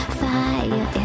fire